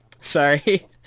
Sorry